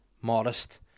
Modest